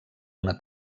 una